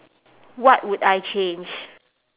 what would I change